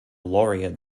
laureate